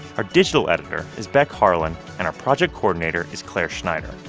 our digital editor is beck harlan. and our project coordinator is clare schneider.